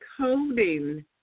coding